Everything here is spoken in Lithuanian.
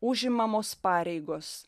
užimamos pareigos